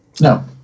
No